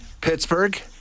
Pittsburgh